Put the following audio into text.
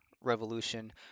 revolution